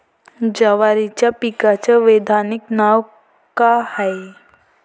जवारीच्या पिकाचं वैधानिक नाव का हाये?